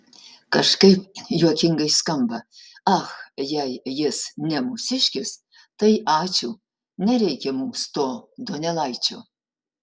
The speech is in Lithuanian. kažkaip juokingai skamba ach jei jis ne mūsiškis tai ačiū nereikia mums to donelaičio